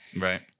Right